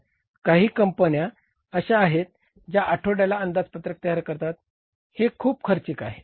काही कंपन्या अशा आहेत ज्या आठवड्याला अंदाजपत्रक तयार करतात हे खूप खर्चीक आहे